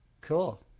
Cool